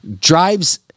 drives